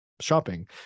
shopping